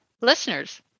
listeners